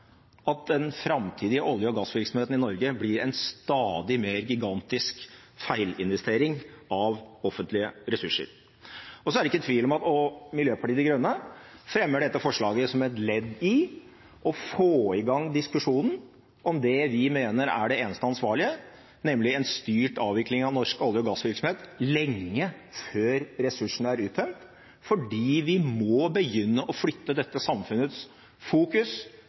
at den framtidige olje- og gassvirksomheten i Norge blir en stadig mer gigantisk feilinvestering av offentlige ressurser. Miljøpartiet De Grønne fremmer dette forslaget som et ledd i å få i gang diskusjonen om det vi mener er det eneste ansvarlige, nemlig en styrt avvikling av norsk olje- og gassvirksomhet lenge før ressursene er uttømt. For vi må begynne å flytte dette samfunnets fokus,